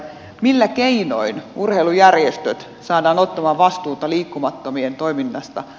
millä keinoin urheilujärjestöt saadaan ottamaan vastuuta liikkumattomien toiminnasta